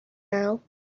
now